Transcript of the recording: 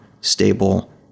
stable